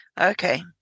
Okay